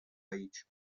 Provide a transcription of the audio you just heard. aici